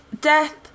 death